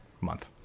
month